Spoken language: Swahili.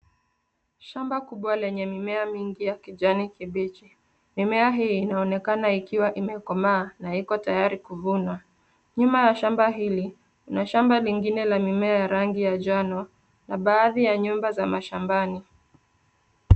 Shamba kubwa lenye mimea mingi ya kijani kibichi. Mimea hii inaonekana ikiwa imekomaa na iko tayari kuvunwa. Nyuma ya shamba hili, kuna shamba lingine la mimea ya rangi ya njano na baadhi ya nyumba za mashambani.